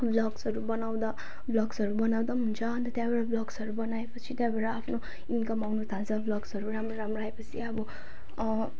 ब्लग्सहरू बनाउँदा ब्लग्सहरू बनाउँदा पनि हुन्छ अन्त त्यहाँबाट ब्लग्सहरू बनाएपछि त्यहाँबाट आफ्नो इन्कम आउनथाल्छ ब्लग्सहरू राम्रो राम्रो आएपछि अब